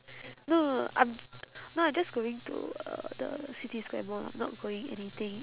no no no I'm no I just going to uh the city square mall lah not going anything